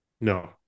No